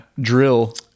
drill